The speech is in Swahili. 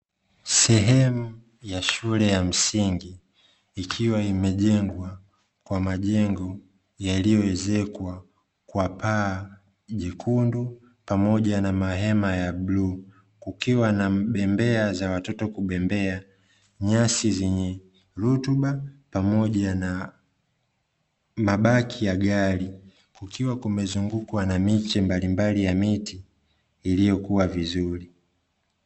Sehemu ya shule ya msingi, ikiwa imejengwa kwa majengo yaliyoezekwa kwa paa jekundu pamoja na mahema ya bluu, kukiwa na bembea za watoto kubembea nyasi zenye rutuba pamoja na mabaki ya gari kukiwa kumezungukwa na miche mbalimbali ya miti iliyokua vizuri.